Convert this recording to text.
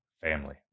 Family